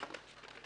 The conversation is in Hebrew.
(א)(1)."